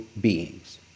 beings